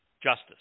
justice